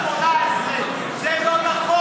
ב-1996 לא עמדו בשום מתכונת של 18. זה לא נכון.